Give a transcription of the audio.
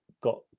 got